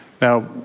Now